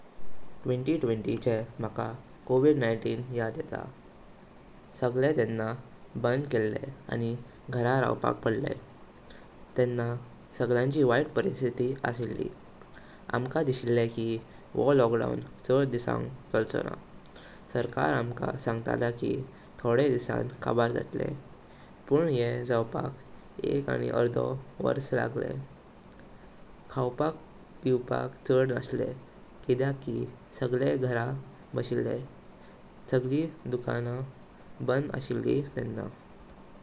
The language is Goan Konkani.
विस विशेंची माँका कोविड-उन्नेवीं याद येता। सांगले तेन्नां बांद केले आनी घरांत रावपाच पडलें। तेन्नां सगळ्यांशी वाईत परिस्थिती आशीली। आमका दिसिले की व्ह लॉकडाउन छड दिसांनी चळचलोनां। सरकार आमका सांगतले की थोडे दिसां काबार जालते। पण येझावपाच एक आनी अर्दो वर्ष लागले। खावपाच पिवपाच छड नसले किदेंकि की सगळे घरां बसिले। सगली दुकाना बांद आशीली तेन्नां।